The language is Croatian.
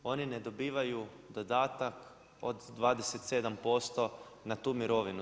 Oni ne dobivaju dodatak od 27% na tu mirovinu.